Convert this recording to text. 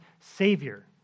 Savior